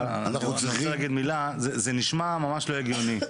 זה נשמע ממש לא הגיוני.